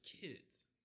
kids